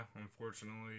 unfortunately